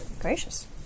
Gracious